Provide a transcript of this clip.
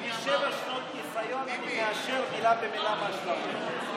עם שבע שנות ניסיון אני מאשר מילה במילה את מה שאתה אומר.